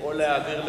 או להעביר לוועדה.